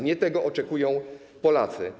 Nie tego oczekują Polacy.